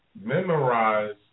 memorize